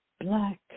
black